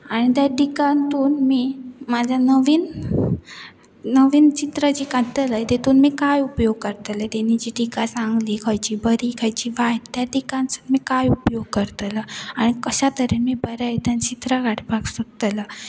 आनी त्या टिकांतून मी म्हाज्या नवीन नवीन चित्र जी काडतले तेतून मी कांय उपयोग करतले तेणी जी टिका सांगली खंयची बरी खंयची वायट त्या टिकांसूनी कांय उपयोग करतलो आनी कश्या तरेनी बऱ्या आदन चित्रां काडपाक सोदतलो